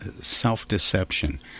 self-deception